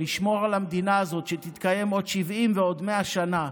לשמור על המדינה הזאת שתתקיים עוד 70 ועוד 100 שנה,